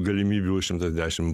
galimybių šimtas dešimt